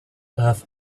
earth